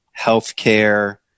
healthcare